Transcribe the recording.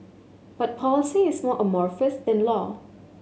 but policy is more amorphous than law